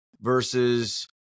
versus